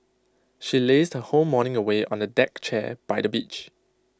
she lazed her whole morning away on A deck chair by the beach